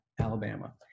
Alabama